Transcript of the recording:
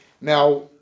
Now